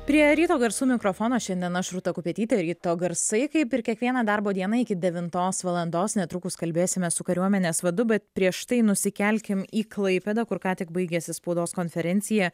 prie ryto garsų mikrofono šiandien aš rūta kupetytė ryto garsai kaip ir kiekvieną darbo dieną iki devintos valandos netrukus kalbėsime su kariuomenės vadu bet prieš tai nusikelkim į klaipėdą kur ką tik baigėsi spaudos konferencija